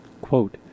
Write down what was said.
Quote